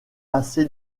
passé